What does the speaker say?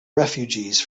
refugees